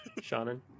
shannon